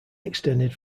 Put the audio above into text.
extended